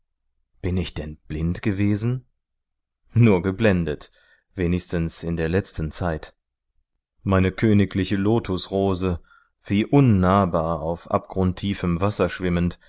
bin ich denn blind gewesen nur geblendet wenigstens in der letzten zeit meine königliche lotusrose wie unnahbar auf abgrundtiefem wasser schwimmend